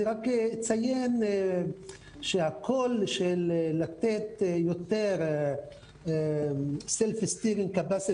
רק אציין שהקול של לתת יותר self-estives & capacities